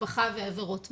משפחה ועבירות מין,